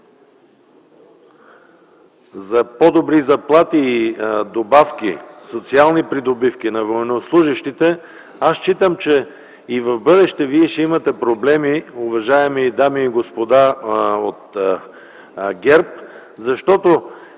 за по-добри заплати, добавки и социални придобивки на военнослужещите, смятам, че и за в бъдеще вие ще имате проблеми, уважаеми дами и господа от ГЕРБ, защото